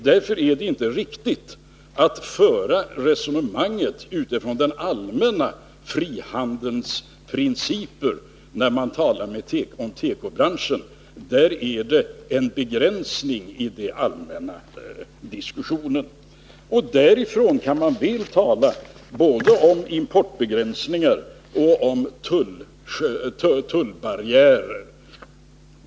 Därför är det inte riktigt att föra resonemanget utifrån den allmänna frihandelns principer, när man talar om tekobranschen. Här är det en begränsning i den allmänna diskussionen. Från denna utgångspunkt kan man väl tala om både importbegränsningar och tullbarriärer.